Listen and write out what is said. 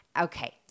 Okay